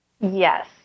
Yes